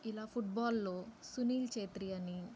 ఇలా ఫుట్బాల్లో సునీల్ చేత్రి అని